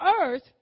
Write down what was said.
earth